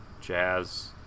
jazz